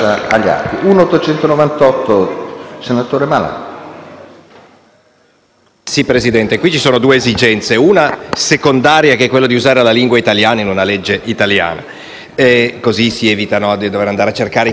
Presidente, ci sono due esigenze: una secondaria, che è quella di usare la lingua italiana in una legge italiana, così si evita di dover andare a cercare caratteri sulla tastiera e una più importante che